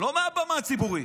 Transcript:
לא מהבמה הציבורית.